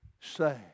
say